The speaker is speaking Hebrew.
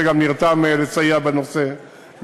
שגם נרתם לסייע בנושא,